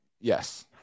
Yes